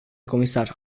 comisar